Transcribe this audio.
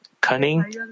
cunning